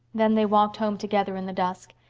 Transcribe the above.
then they walked home together in the dusk,